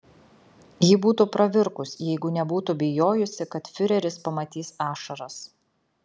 ji būtų pravirkus jeigu nebūtų bijojusi kad fiureris pamatys ašaras